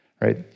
right